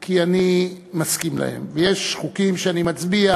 כי אני מסכים להם, ויש חוקים שאני מצביע